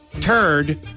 turd